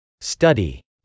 Study